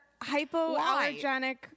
Hypoallergenic